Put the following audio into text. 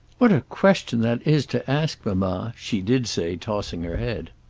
what a question that is to ask, mamma? she did say tossing her head.